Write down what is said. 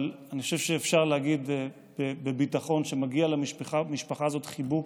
אבל אני חושב שאפשר להגיד בביטחון שמגיע למשפחה הזאת חיבוק.